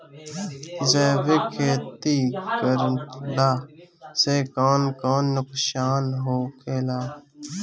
जैविक खेती करला से कौन कौन नुकसान होखेला?